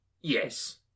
Yes